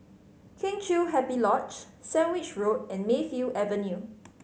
Kheng Chiu Happy Lodge Sandwich Road and Mayfield Avenue